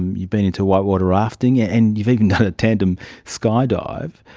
um you've been into white-water rafting, and you've even done a tandem sky-dive.